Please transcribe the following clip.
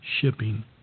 shipping